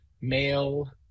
male